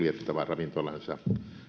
ravintolansa